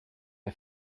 est